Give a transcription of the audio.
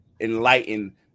enlighten